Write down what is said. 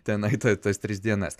tenai ta tas tris dienas